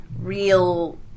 real